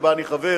שבה אני חבר,